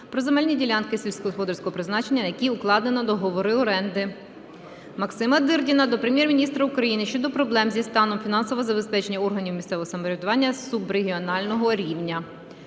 про земельні ділянки сільськогосподарського призначення на які укладено договори оренди. Максима Дирдіна до Прем'єр-міністра України щодо проблем зі станом фінансового забезпечення органів місцевого самоврядування субрегіонального рівня.